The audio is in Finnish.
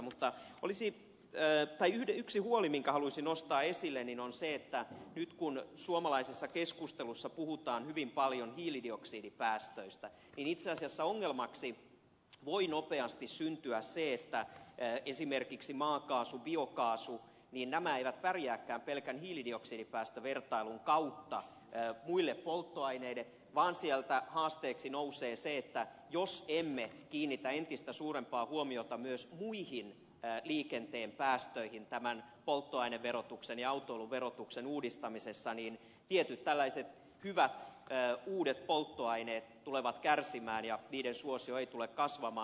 mutta yksi huoli minkä haluaisin nostaa esille on se että nyt kun suomalaisessa keskustelussa puhutaan hyvin paljon hiilidioksidipäästöistä itse asiassa ongelmaksi voi nopeasti syntyä se että esimerkiksi maakaasu ja biokaasu eivät pärjääkään pelkän hiilidioksidipäästövertailun kautta muille polttoaineille vaan sieltä haasteeksi nousee se että jos emme kiinnitä entistä suurempaa huomiota myös muihin liikenteen päästöihin tämän polttoaineverotuksen ja autoilun verotuksen uudistamisessa niin tietyt tällaiset hyvät uudet polttoaineet tulevat kärsimään ja niiden suosio ei tule kasvamaan